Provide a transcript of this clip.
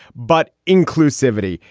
but inclusivity.